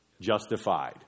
justified